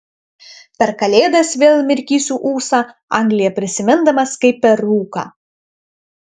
per kalėdas vėl mirkysiu ūsą angliją prisimindamas kaip per rūką